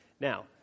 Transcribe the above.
Now